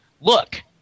Look